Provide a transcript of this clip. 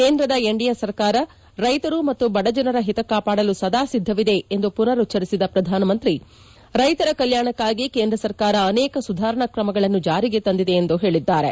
ಕೇಂದ್ರದ ಎನ್ಡಿಎ ಸರ್ಕಾರ ರೈತರು ಮತ್ತು ಬಡಜನರ ಹಿತ ಕಾಪಾಡಲು ಸದಾ ಸಿದ್ದವಿದೆ ಎಂದು ಮನರುಚ್ವರಿಸಿದ ಪ್ರಧಾನಮಂತ್ರಿ ಅವರು ರೈಶರ ಕಲ್ಯಾಣಕ್ಕಾಗಿ ಕೇಂದ್ರ ಸರ್ಕಾರ ಅನೇಕ ಸುಧಾರಣಾ ಕ್ರಮಗಳನ್ನು ಜಾರಿಗೆ ತಂದಿದೆ ಎಂದು ಹೇಳಿದ್ದಾರೆ